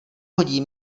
hodí